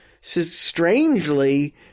strangely